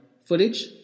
footage